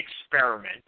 experiment